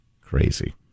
crazy